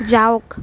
যাওঁক